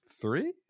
three